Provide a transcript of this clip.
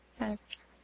Yes